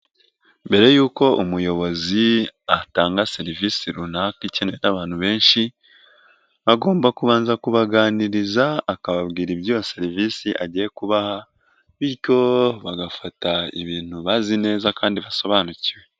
Mbere yuko umuyobozi atanga serivisi runaka ikenewe n'abantu benshi, agomba kubanza kubaganiriza akababwira ibyo serivisi agiye kubaha, bityo bagafata ibintu bazi neza kandi basobanukiwe.